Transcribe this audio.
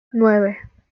nueve